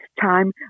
time